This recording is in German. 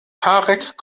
tarek